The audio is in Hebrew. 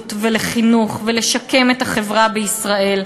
בריאות וחינוך ולשקם את החברה בישראל.